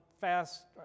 fast